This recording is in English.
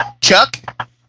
Chuck